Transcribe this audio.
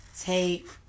take